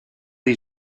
dei